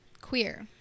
Queer